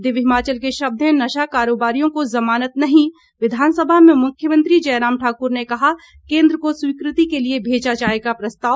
दिव्य हिमाचल के शब्द हैं नशा कारोबारियों को जमानत नहीं विधानसभा में मुख्यमंत्री जयराम ठाक्र ने कहा केंद्र को स्वीकृति के लिए भेजा जाएगा प्रस्ताव